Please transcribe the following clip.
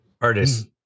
artist